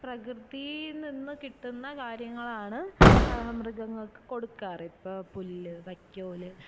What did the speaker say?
പ്രകൃതിയിൽ നിന്നും കിട്ടുന്ന കാര്യങ്ങളാണ് മൃഗങ്ങൾക്ക് കൊടുക്കാറ് ഇപ്പോള് പുല്ല് വൈക്കോല്